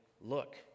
Look